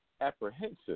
apprehensive